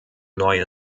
neue